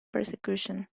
persecution